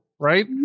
right